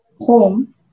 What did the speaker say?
home